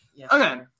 Okay